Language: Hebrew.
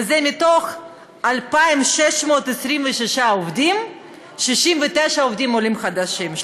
וזה מתוך 2,626. 69 עובדים עולים חדשים,